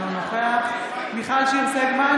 אינו נוכח מיכל שיר סגמן,